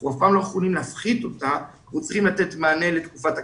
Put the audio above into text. אנחנו צריכים לתת מענה לתקופת הקורונה,